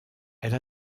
elle